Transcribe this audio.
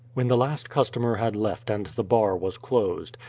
when the last customer had left and the bar was closed,